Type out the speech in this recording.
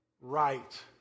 right